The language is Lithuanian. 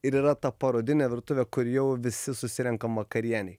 ir yra ta parodinė virtuvė kur jau visi susirenkam vakarienei